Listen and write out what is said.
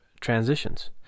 transitions